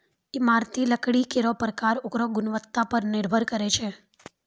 इमारती लकड़ी केरो परकार ओकरो गुणवत्ता पर निर्भर करै छै